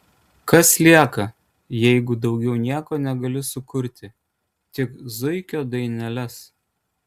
kas lieka jei daugiau nieko negali sukurti tik zuikio daineles